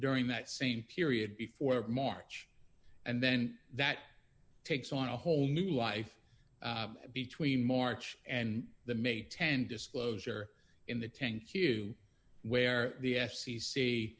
during that same period before march and then that takes on a whole new life between march and the may ten disclosure in the tank to where the f